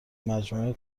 مجموعه